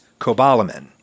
cobalamin